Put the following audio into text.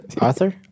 arthur